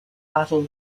battle